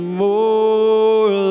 more